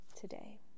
today